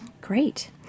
Great